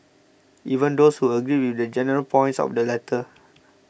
even those who agreed with the general points of the letter